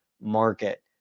market